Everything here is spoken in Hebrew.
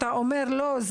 אתה אומר: לא.